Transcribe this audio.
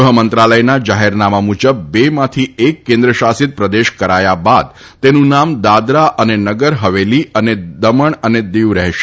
ગૃહમંત્રાલયના જાહેરનામા મુજબ બેમાંથી એક કેન્દ્ર શાસિત પ્રદેશ કરાયા બાદ તેનું નામ દાદરા અને નગર હવેલી અને દમણ અને દીવ રહેશે